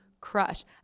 Crush